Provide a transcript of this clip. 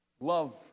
Love